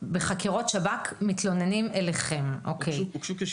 שב"כ בסופו של